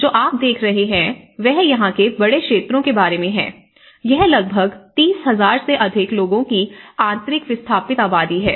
जो आप देख रहे हैं वह यहां के बड़े क्षेत्रों के बारे में है यह लगभग 30000 से अधिक लोगों की आंतरिक विस्थापित आबादी है